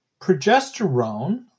progesterone